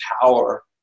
power